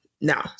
No